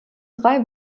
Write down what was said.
drei